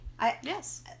yes